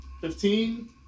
Fifteen